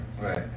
Right